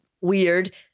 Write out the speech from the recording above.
weird